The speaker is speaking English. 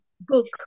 book